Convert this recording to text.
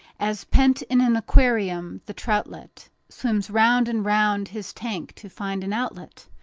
as, pent in an aquarium, the troutlet swims round and round his tank to find an outlet,